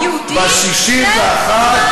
מדינה יהודית ומדינה פלסטינית.